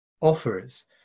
offers